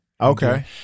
Okay